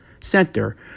center